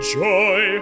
joy